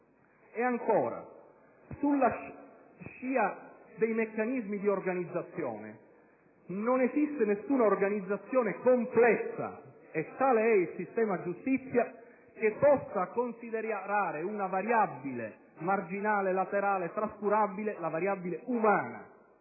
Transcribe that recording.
Ed ancora, sulla scia dei meccanismi di organizzazione. Non esiste nessuna organizzazione complessa - e tale è il sistema giustizia - che possa considerare una variabile marginale, laterale e trascurabile la variabile umana.